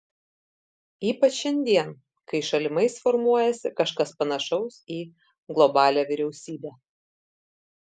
ypač šiandien kai šalimais formuojasi kažkas panašaus į globalią vyriausybę